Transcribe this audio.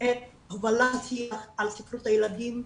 את הובלת ספרות הילדים,